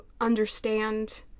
understand